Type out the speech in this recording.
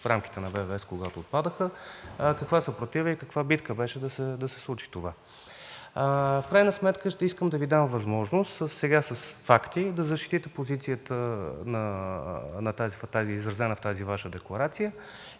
в рамките на ВВС, че когато отпадаха, каква съпротива и каква битка беше да се случи това. В крайна сметка искам да Ви дам възможност с факти да защитите позицията, изразена в тази Ваша декларация,